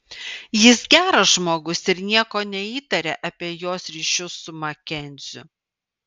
jis geras žmogus ir nieko neįtaria apie jos ryšius su makenziu